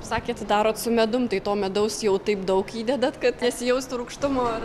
sakėt darot su medum tai to medaus jau taip daug įdedat kad nesijaustų rūgštumo ar